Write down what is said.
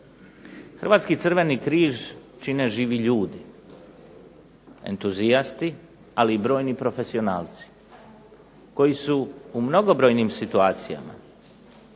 Hrvatski Crveni križ čine živi ljudi, entuzijasti, ali i brojni profesionalci koji su u mnogobrojnim situacijama